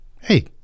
hey